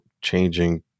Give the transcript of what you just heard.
changing